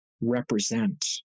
represent